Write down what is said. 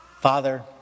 Father